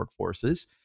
workforces